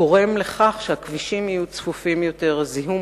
החמיץ את מטרתו וגרם